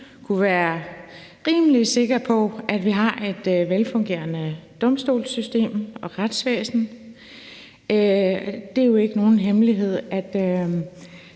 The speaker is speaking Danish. kunne være rimelig sikker på, at vi har et velfungerende domstolssystem og retsvæsen. Det er jo ikke nogen hemmelighed, at